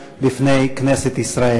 היהודי מאז ימיו של המלך דוד לפני 3,000 שנה.